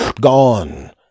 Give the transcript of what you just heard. gone